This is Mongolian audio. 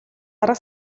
арга